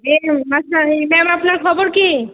এই মাস্টার এই ম্যাম আপনার খবর কি